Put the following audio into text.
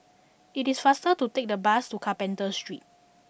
it is faster to take the bus to Carpenter Street